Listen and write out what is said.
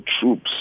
troops